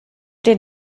den